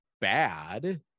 bad